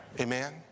Amen